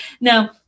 Now